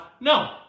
No